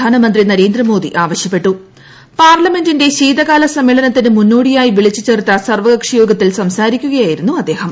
പ്രധാനമന്ത്രി നരേന്ദ്രമോദ്ദി പാർലമെന്റിന്റെ ശീതകാല സമ്മേളനത്തിനും ് മുന്നോടിയായി വിളിച്ചു ചേർത്ത സർവ്വകക്ഷിയോഗത്തിൽ ്സംസാരിക്കുകയായിരുന്നു അദ്ദേഹം